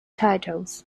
titles